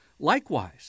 Likewise